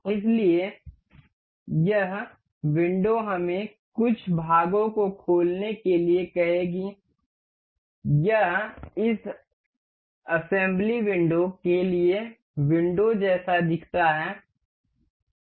इसलिए यह विंडो हमें कुछ भागों को खोलने के लिए कहेगी यह इस असेंबली विंडो के लिए विंडो जैसा दिखता है